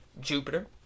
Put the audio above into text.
Jupiter